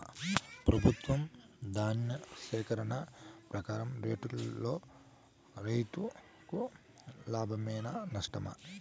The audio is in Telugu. ప్రభుత్వం ధాన్య సేకరణ ప్రకారం రేటులో రైతుకు లాభమేనా నష్టమా?